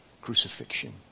Crucifixion